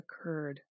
occurred